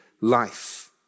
life